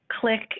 click